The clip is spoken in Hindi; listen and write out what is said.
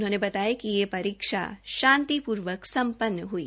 उन्होंने बताया कि यह परीक्षा शांतिपूर्वक सम्पन्न हुई